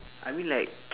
I mean like